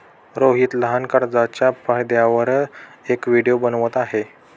रोहित लहान कर्जच्या फायद्यांवर एक व्हिडिओ बनवत आहे